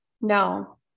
No